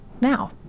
now